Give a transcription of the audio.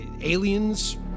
Aliens